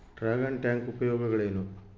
Dragon tank ಉಪಯೋಗಗಳೇನು?